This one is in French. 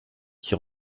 qui